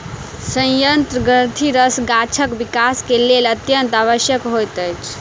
सयंत्र ग्रंथिरस गाछक विकास के लेल अत्यंत आवश्यक होइत अछि